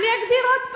אני אגדיר עוד פעם,